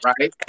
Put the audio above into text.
right